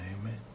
Amen